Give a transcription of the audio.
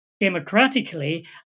democratically